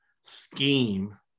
scheme